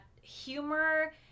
humor